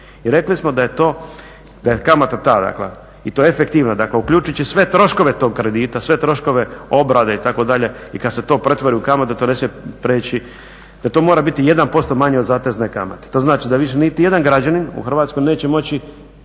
da je to, da je kamata ta dakle i to je efektivno, dakle uključujući sve troškove tog kredita, sve troškove obrade itd. i kada se to pretvori u kamatu to ne smije preći, da to mora biti 1% manje od zatezne kamate. To znači da više niti jedan građanin u Hrvatskoj neće moći